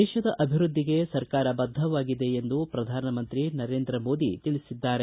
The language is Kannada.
ದೇತದ ಅಭಿವೃದ್ಧಿಗೆ ಸರ್ಕಾರ ಬದ್ಧವಾಗಿದೆ ಎಂದುಪ್ರಧಾನಮಂತ್ರಿ ನರೇಂದ್ರ ಮೋದಿ ತಿಳಿಸಿದ್ದಾರೆ